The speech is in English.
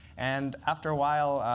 and after a while,